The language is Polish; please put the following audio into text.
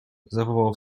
zawołał